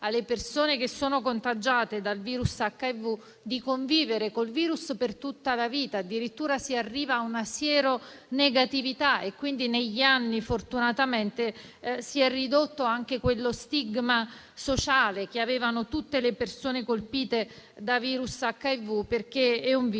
alle persone contagiate dal virus HIV di convivere con il virus per tutta la vita. Addirittura si arriva a una sieronegatività e quindi negli anni, fortunatamente, si è ridotto anche quello stigma sociale che avevano tutte le persone colpite dal virus HIV, perché è un virus